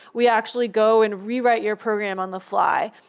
we actually go and rewrite your program on the fly.